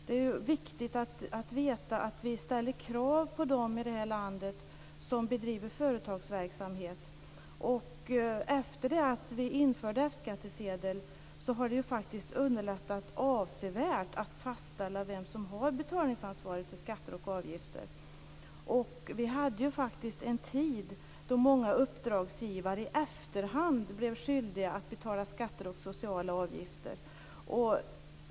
Det är viktigt att veta att vi ställer krav på dem i det här landet som bedriver företagsverksamhet. Efter det att F-skattsedel infördes har det underlättats avsevärt att fastställa vem som har betalningsansvaret för skatter och avgifter. Det fanns en tid då många uppdragsgivare i efterhand blev skyldiga att betala skatter och sociala avgifter.